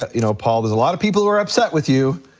you know, paul, there's a lot of people who are upset with you.